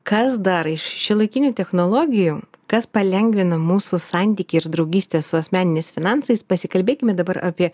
kas dar iš šiuolaikinių technologijų kas palengvina mūsų santykį ir draugystę su asmeniniais finansais pasikalbėkime dabar apie